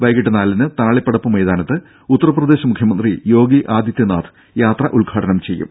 വൈകിട്ട് നാലിന് താളിപ്പടപ്പ് മൈതാനത്ത് ഉത്തർപ്രദേശ് മുഖ്യമന്ത്രി യോഗി ആദിത്യനാഥ് യാത്ര ഉദ്ഘാടനം ചെയ്യും